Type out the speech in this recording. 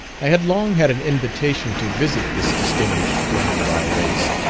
i had long had an invitation to visit this distinguished friend of our race,